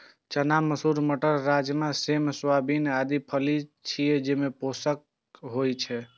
चना, मसूर, मटर, राजमा, सेम, सोयाबीन आदि फली छियै, जे पोषक होइ छै